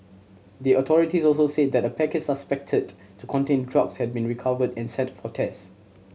the authorities also said that a package suspected to contain drugs had been recovered and sent for test